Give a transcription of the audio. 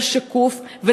יותר שקוף,